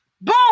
boom